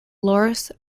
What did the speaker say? lawrence